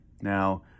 Now